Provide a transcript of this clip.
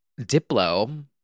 Diplo